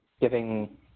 giving